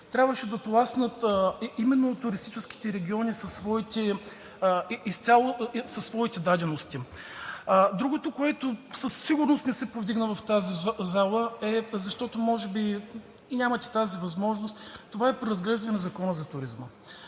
трябваше да тласнат именно туристическите региони със своите дадености. Другото, което със сигурност не се повдигна в тази зала, защото може би нямате тази възможност, е преразглеждането на Закона за туризма.